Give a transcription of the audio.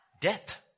death